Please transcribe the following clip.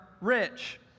rich